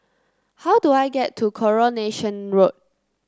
how do I get to Coronation Road